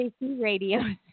radio